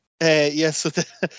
yes